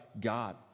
God